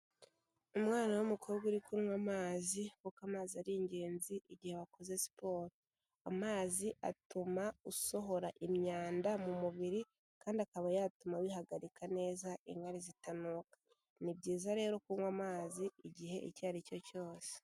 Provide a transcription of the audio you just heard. Umwana w'umukobwa uri kunywa amazi, kuko amazi ari ingenzi igihe wakoze siporo. Amazi atuma usohora imyanda mu mubiri kandi akaba yatuma wihagarika neza inkari zitanuka. Ni byiza rero kunywa amazi igihe icyo aricyo cyose.